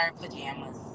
pajamas